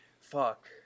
Fuck